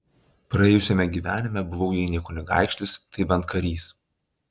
praėjusiame gyvenime buvau jei ne kunigaikštis tai bent karys